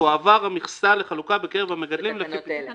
תועבר המכסה לחלוקה בקרב המגדלים לפי פסקה (3);"